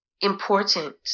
important